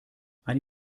eine